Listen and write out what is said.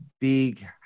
big